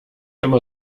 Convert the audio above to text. immer